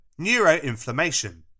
neuroinflammation